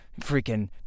freaking